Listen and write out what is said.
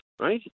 Right